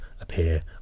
appear